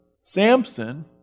Samson